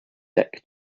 deck